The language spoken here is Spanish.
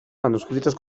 manuscritos